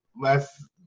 less